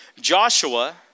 Joshua